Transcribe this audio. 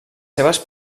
seves